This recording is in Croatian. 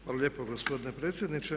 Hvala lijepo gospodine predsjedniče.